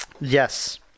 Yes